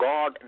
God